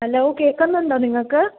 hello കേൾക്കുന്നുണ്ടോ നിങ്ങൾക്ക്